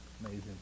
amazing